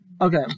okay